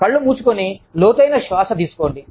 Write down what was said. కళ్ళు మూసుకుని లోతైన శ్వాస తీసుకోండి